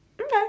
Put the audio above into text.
Okay